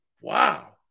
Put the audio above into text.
Wow